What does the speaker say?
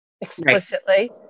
explicitly